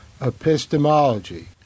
Epistemology